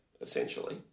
essentially